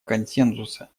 консенсуса